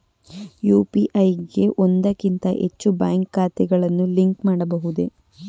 UPI ಗೆ ಒಂದಕ್ಕಿಂತ ಹೆಚ್ಚು ಬ್ಯಾಂಕ್ ಖಾತೆಗಳನ್ನು ಲಿಂಕ್ ಮಾಡಬಹುದೇ?